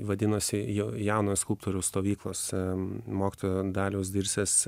vadinosi jo jaunojo skulptoriaus stovyklose mokytojo daliaus dirsės